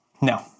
No